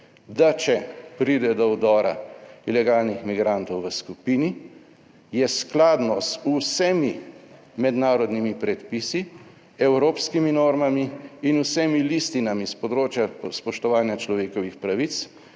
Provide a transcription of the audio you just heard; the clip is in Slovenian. da če pride do vdora ilegalnih migrantov v skupini, je skladno z vsemi mednarodnimi predpisi, evropskimi normami in vsemi listinami s področja spoštovanja človekovih pravic,